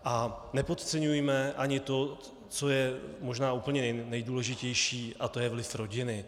A nepodceňujme ani to, co je možná úplně nejdůležitější, a to je vliv rodiny.